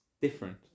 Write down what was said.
different